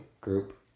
Group